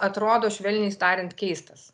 atrodo švelniai tariant keistas